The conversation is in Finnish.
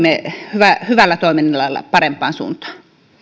hyvällä hyvällä toiminnalla parempaan suuntaan